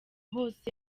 hose